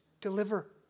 Deliver